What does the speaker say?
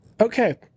Okay